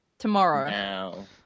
Tomorrow